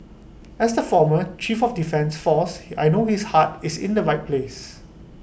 as the former chief of defence force I know his heart is in the right place